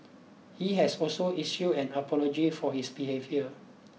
he has also issued an apology for his behaviour